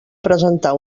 presentar